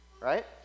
Right